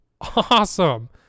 Awesome